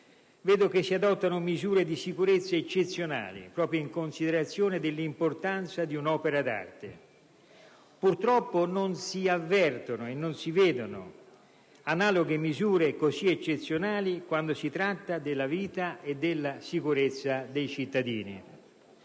importanza si adottano misure di sicurezza eccezionali in considerazione dell'importanza dell'opera d'arte. Purtroppo, non si avvertono e non si vedono analoghe misure così eccezionali quando si tratta della vita e della sicurezza dei cittadini;